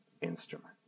instrument